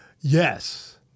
Yes